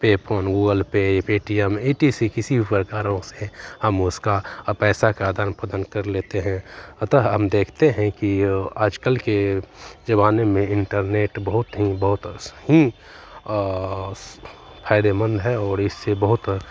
पे phone Google pay Paytm E T C किसी भी प्रकारों से हम उसका पैसा का आदान प्रदान कर लेते हैं अतः हम देखते हैं कि आजकल के ज़माने में इन्टरनेट बहुत ही बहुत ही फ़ायदेमन्द है और इससे बहुत